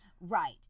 Right